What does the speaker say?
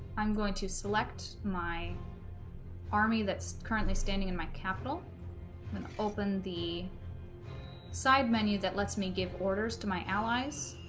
i'm going to select my army that's currently standing in my capital and open the side menu that lets me give orders to my allies